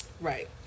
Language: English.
right